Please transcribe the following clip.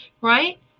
right